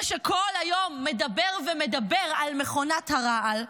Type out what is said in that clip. זה שכל היום מדבר ומדבר על מכונת הרעל,